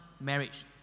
marriage